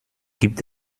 gibt